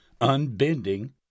unbending